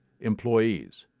employees